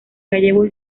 gallegos